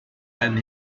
and